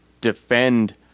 defend